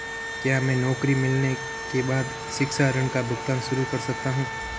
क्या मैं नौकरी मिलने के बाद शिक्षा ऋण का भुगतान शुरू कर सकता हूँ?